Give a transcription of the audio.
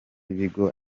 b’ikigo